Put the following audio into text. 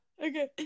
Okay